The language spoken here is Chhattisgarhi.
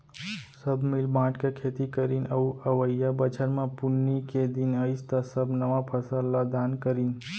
सब मिल बांट के खेती करीन अउ अवइया बछर म पुन्नी के दिन अइस त सब नवा फसल ल दान करिन